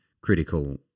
critical